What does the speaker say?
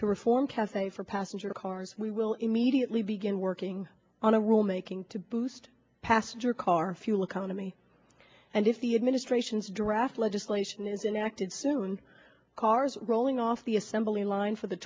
reform cafe for passenger cars we will immediately begin working on a rule making to boost passenger car fuel economy and if the administration's draft legislation is enacted soon cars rolling off the assembly line for the